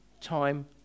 time